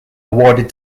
awarded